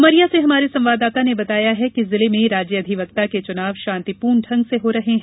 उमरिया से हमारे संवाददाता ने बताया है कि जिले में राज्य अधिवक्ता के चुनाव शांतिपूर्ण ढंग से हो रहे हैं